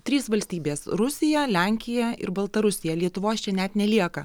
trys valstybės rusija lenkija ir baltarusija lietuvos čia net nelieka